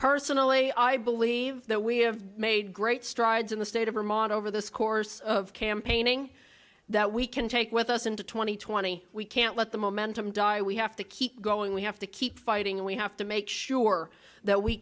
personally i believe that we have made great strides in the state of vermont over this course of campaigning that we can take with us into two thousand and twenty we can't let the momentum die we have to keep going we have to keep fighting we have to make sure that we